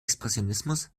expressionismus